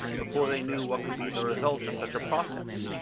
before they knew what could be the result of such a process.